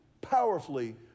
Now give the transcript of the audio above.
powerfully